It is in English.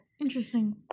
Interesting